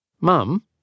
Mum